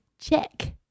check